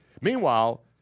Meanwhile